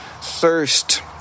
thirst